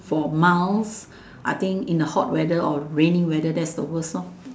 for miles I think in the hot weather or the rainy weather I think that's the worst lor